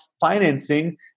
financing